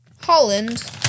Holland